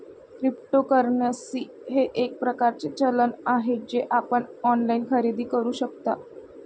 cryptocurrency हे एक प्रकारचे चलन आहे जे आपण ऑनलाइन खरेदी करू शकता